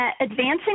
advancing